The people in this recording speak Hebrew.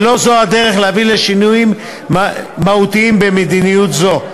ולא זו הדרך להביא לשינויים מהותיים במדיניות זו.